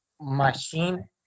machine